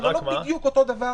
אבל לא בדיוק אותו דבר,